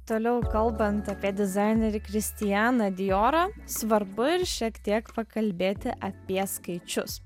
toliau kalbant apie dizainerį kristianą diorą svarbu ir šiek tiek pakalbėti apie skaičius